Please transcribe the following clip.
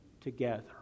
together